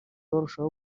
barushaho